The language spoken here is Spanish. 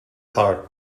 hard